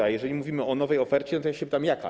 A jeżeli mówimy o nowej ofercie, to ja pytam: Jaka?